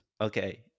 Okay